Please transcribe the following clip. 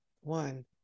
one